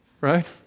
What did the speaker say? right